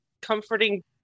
comforting